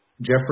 Jeffrey